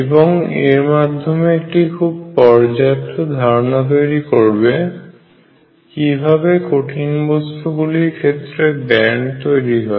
এবং এর মাধ্যমে একটি খুব পর্যাপ্ত ধারণা তৈরি করবে কীভাবে কঠিন বস্তু গুলীর ক্ষেত্রে ব্যান্ড তৈরি হয়